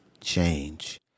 change